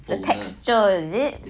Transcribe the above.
the texture is it